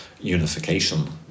unification